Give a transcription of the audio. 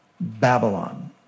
Babylon